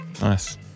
Nice